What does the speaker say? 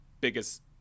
biggest